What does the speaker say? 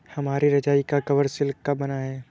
हमारी रजाई का कवर सिल्क का बना है